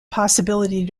possibility